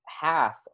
half